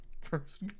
First